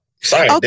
sorry